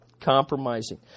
compromising